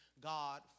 God